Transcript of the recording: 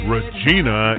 Regina